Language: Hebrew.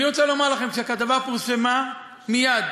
אני רוצה לומר לכם, כשהכתבה פורסמה, מייד